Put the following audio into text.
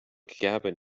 cabin